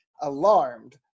alarmed